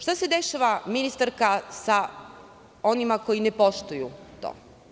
Šta se dešava ministarka sa onima koji ne poštuju to?